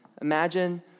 Imagine